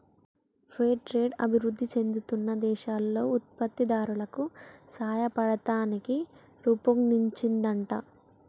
fair trade అభివృధి చెందుతున్న దేశాల్లో ఉత్పత్తి దారులకు సాయపడతానికి రుపొన్దించిందంట